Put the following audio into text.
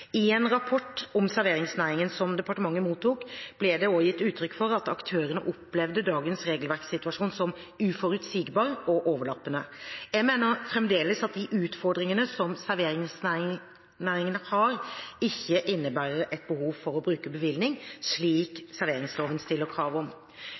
I en rapport om serveringsnæringen som departementet mottok, ble det gitt uttrykk for at aktørene opplevde dagens regelverksituasjon som uforutsigbar og overlappende. Jeg mener fremdeles at de utfordringene som serveringsnæringen har, ikke innebærer et behov for å bruke bevilling,